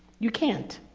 you can't.